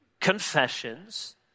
Confessions